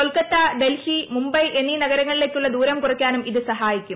കൊൽക്കത്ത ഡൽഹി മുംബൈ എന്നീ നഗരങ്ങളിലേക്കുള്ള ദൂരം കുറയ്ക്കാനും ഇതു സഹായിക്കും